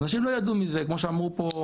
אנשים לא ידעו מזה כמו שאמרו פה.